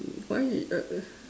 mm why